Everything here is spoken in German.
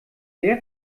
der